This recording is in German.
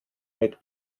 mit